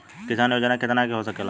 किसान योजना कितना के हो सकेला?